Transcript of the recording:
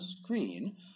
screen